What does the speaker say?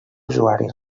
usuari